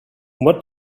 what